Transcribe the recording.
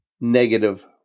negative